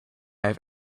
have